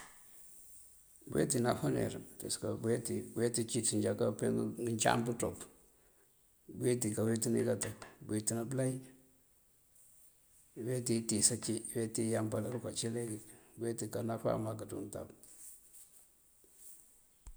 Búuweeti, búuweeti anáfánir, puwesëka búuweeti cínţ já káape ngëëncam pëënţop. Búuweeti káweetëna káto, búuweetina belay. Iweeti itíis ací, iweeti iyámpël aruka cí leegi. Búuweeti aká náfá mak ţí untab.